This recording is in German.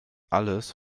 alles